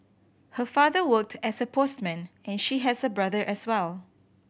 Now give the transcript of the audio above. her father worked as a postman and she has a brother as well